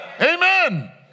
Amen